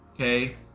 Okay